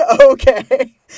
okay